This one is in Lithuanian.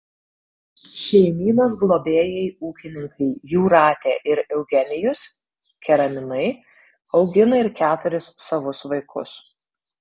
šeimynos globėjai ūkininkai jūratė ir eugenijus keraminai augina ir keturis savus vaikus